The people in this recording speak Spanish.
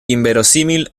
inverosímil